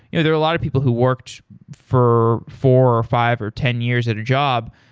you know there are a lot of people who worked for four, or five, or ten years at a job.